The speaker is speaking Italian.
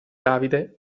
davide